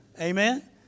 Amen